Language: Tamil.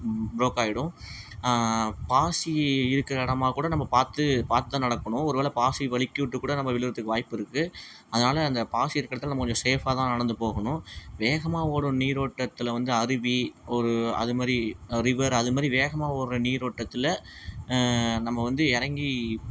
ப்ரோக் ஆகிடும் பாசி இருக்கிற இடமா கூட நம்ம பார்த்து பார்த்து தான் நடக்கணும் ஒரு வேளை பாசி வழிக்கி விட்டுக் கூட நம்ம விழுறத்துக்கு வாய்ப்பு இருக்குது அதனால் அந்த பாசி இருக்குறத்தில் நம்ம கொஞ்சம் சேஃப்பாக தான் நடந்துப் போகணும் வேகமாக ஓடும் நீரோட்டத்தில் வந்து அருவி ஒரு அது மாதிரி ரிவர் அது மாதிரி வேகமாக ஓடுற நீரோட்டத்தில் நம்ம வந்து இறங்கி